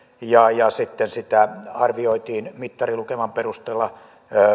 ja ja sitten arvioitiin mittarilukeman perusteella